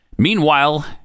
Meanwhile